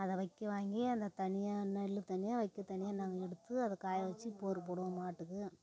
அதை வைக்கல் வாங்கி அதை தனியாக நெல் தனியாக வைக்க தனியாக நாங்கள் எடுத்து அதை காய வெச்சு போரு போடுவோம் மாட்டுக்கு